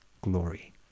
glory